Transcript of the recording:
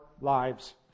lives